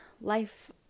Life